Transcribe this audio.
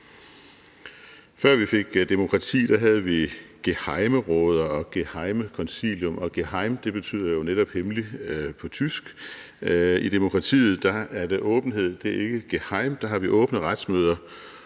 Før vi fik demokrati, havde vi gehejmeråder og gehejmekonseil, og geheim betyder jo netop hemmelig på tysk. I demokratiet har vi åbenhed – der er det ikke geheim. Vi har åbne retsmøder,